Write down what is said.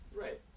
Right